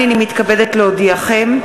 הנני מתכבדת להודיעכם,